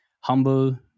humble